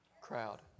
crowd